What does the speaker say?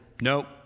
nope